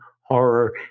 horror